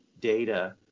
data